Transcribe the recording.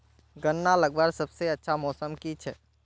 गन्ना लगवार सबसे अच्छा मौसम की छे?